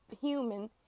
human